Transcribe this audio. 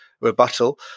rebuttal